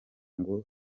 ngo